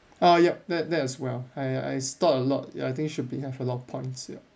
ah yup that that as well I I stored a lot ya I think should be have a lot of points yup